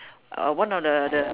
uh one of the the